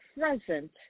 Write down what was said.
present